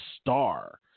star